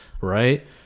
right